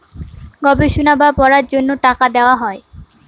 গবেষণা বা পড়ার জন্য টাকা দেওয়া হয়